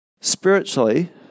spiritually